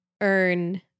earn